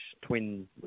twin